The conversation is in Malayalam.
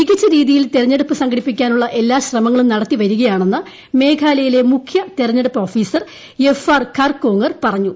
മികച്ച രീതിയിൽ തിരഞ്ഞെടുപ്പ് സംഘടിപ്പിക്കാനുള്ളൂ എല്ലാ ശ്രമങ്ങളും നടത്തി വരികയാണെന്ന് മേഘാലയ്യിലെ മുഖ്യ തിരഞ്ഞെടുപ്പ് ഓഫീസർ എഫ് ആർ ഖർകോങ്ഗർ പാഞ്ഞു